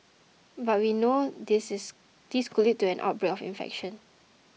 but we know this is this could lead to an outbreak of infection